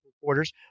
reporters